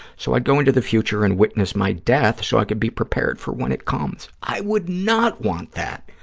so i'd go into the future and witness my death so i could be prepared for when it comes. i would not want that.